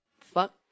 fuck